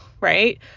right